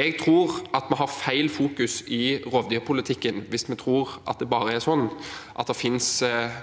Jeg tror vi har feil fokus i rovdyrpolitikken hvis vi tror at det finnes